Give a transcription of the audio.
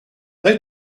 they